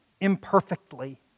imperfectly